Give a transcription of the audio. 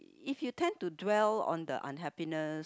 if you tend to dwell on the unhappiness